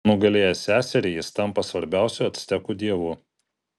nugalėjęs seserį jis tampa svarbiausiu actekų dievu